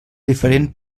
diferent